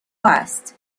است